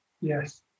yes